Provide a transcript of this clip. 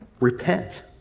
repent